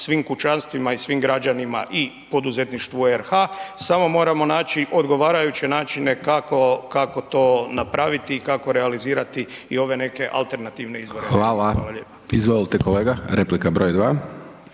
svim kućanstvima i svim građanima i poduzetništvu RH, samo moramo naći odgovarajuće načine kako, kako to napraviti i kako realizirati i ove neke alternativne izvore …/Upadica: Hvala/…energije. Hvala lijepa.